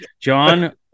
John